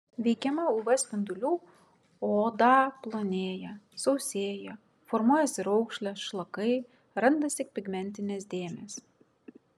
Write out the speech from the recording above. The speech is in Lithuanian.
veikiama uv spindulių odą plonėja sausėja formuojasi raukšlės šlakai randasi pigmentinės dėmės